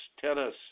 tennis